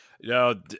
No